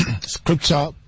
Scripture